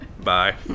Bye